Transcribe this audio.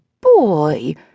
boy